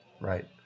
right